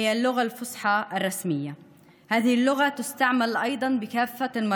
שונה מהשפות האחרות בהיותה הן שפה ספרותית והן שפה עממית מדוברת